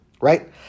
right